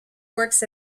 works